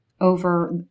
over